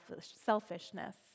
selfishness